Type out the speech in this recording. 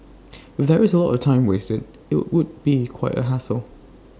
if there is A lot of time wasted IT would be quite A hassle